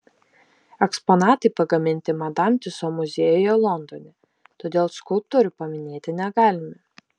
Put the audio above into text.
eksponatai pagaminti madam tiuso muziejuje londone todėl skulptorių paminėti negalime